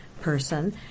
person